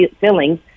fillings